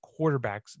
quarterbacks